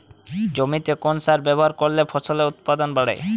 জমিতে কোন সার ব্যবহার করলে ফসলের উৎপাদন বাড়ে?